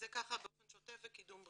זה באופן שוטף וקידום בריאות.